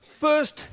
first